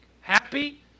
Happy